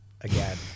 again